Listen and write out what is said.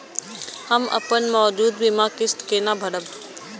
हम अपन मौजूद बीमा किस्त केना भरब?